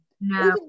no